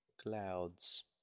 clouds